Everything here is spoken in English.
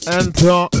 enter